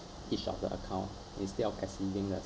each of the account instead of exceeding the